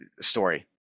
story